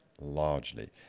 Largely